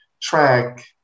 track